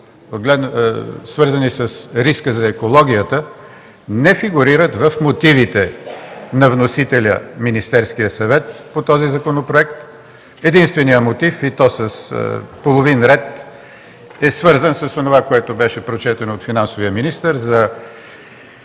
свързани с риска за екологията, не фигурират в мотивите на вносителя – Министерският съвет, по този законопроект. Единственият мотив, и то с половин ред, е свързан с онова, което беше прочетено от финансовия министър за